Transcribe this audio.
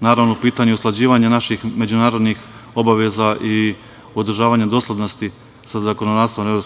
Naravno, u pitanju je usklađivanje naših međunarodnih obaveza i održavanje doslednosti sa zakonodavstvom EU.